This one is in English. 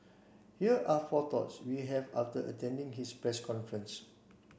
here are four thoughts we have after attending his press conference